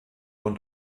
und